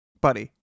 buddy